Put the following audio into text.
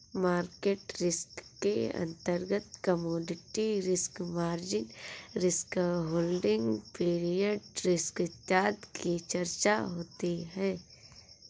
market risk के अंतर्गत commodity risk, margin risk, holding period risk इत्यादि की चर्चा होती है